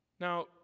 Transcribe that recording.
Now